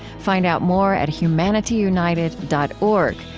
find out more at humanityunited dot org,